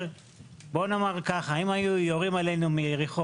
בוא נאמר כך אם היו יורים עלינו מיריחו,